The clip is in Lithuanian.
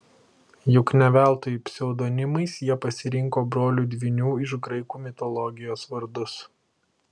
juk ne veltui pseudonimais jie pasirinko brolių dvynių iš graikų mitologijos vardus